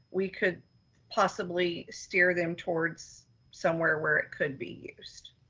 we could possibly steer them towards somewhere where it could be used.